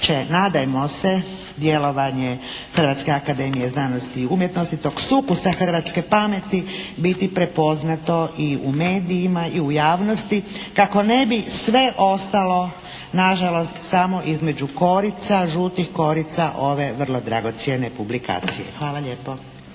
nadajmo se djelovanje Hrvatske akademije znanosti i umjetnosti, tog sukusa hrvatske pameti biti prepoznati i u medijima i u javnosti kako ne bi sve ostalo nažalost samo između korica, žutih korica ove vrlo dragocjene publikacije. Hvala lijepo.